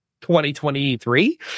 2023